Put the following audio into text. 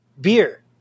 Beer